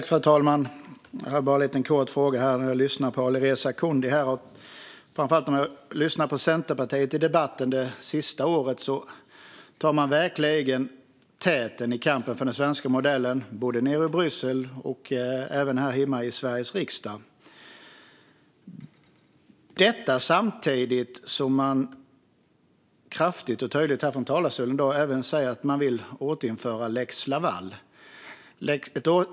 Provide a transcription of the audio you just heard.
Fru talman! Jag har bara en kort fråga. Jag har lyssnat på Alireza Akhondi här och framför allt på Centerpartiet i debatten det senaste året och märkt att man verkligen tar täten i kampen för den svenska modellen, både i Bryssel och här i Sveriges riksdag. Samtidigt säger man kraftfullt och tydligt att man vill återinföra lex Laval.